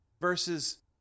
versus